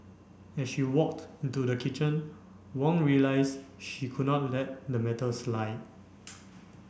as she walked into the kitchen Wong realised she could not let the matter slide